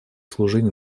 служить